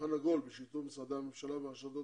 שולחן עגול בשיתוף משרדי הממשלה והרשתות